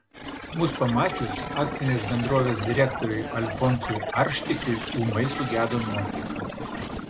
mus pamačius akcinės bendrovės direktoriui alfonsui arštikiui ūmai sugedo nuotaika